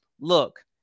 look